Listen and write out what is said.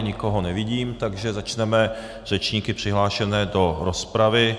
Nikoho nevidím, takže začneme řečníky přihlášenými do rozpravy.